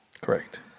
Correct